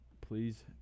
Please